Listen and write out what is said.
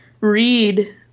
read